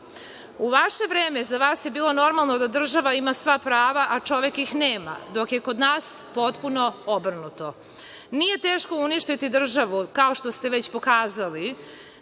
vaše vreme, za vas je bilo normalno da država ima sva prava, a čovek ih nema, dok je kod nas potpuno obrnuto. Nije teško uništiti državu, kao što ste već pokazali,